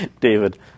David